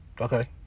Okay